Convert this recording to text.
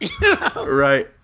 Right